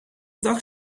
dag